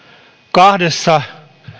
kahdessa